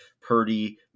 Purdy